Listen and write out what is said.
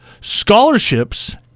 scholarships